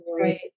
right